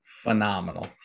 phenomenal